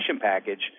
package